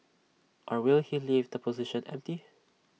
or will he leave the position empty